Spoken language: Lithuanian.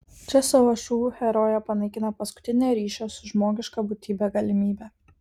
čia savo šūviu herojė panaikina paskutinę ryšio su žmogiška būtybe galimybę